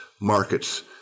markets